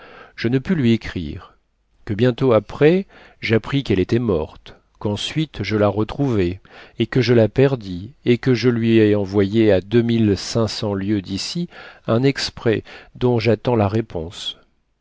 je ne pus lui écrire que bientôt après j'appris qu'elle était morte qu'ensuite je la retrouvai et que je la perdis et que je lui ai envoyé à deux mille cinq cents lieues d'ici un exprès dont j'attends la réponse